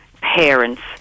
parents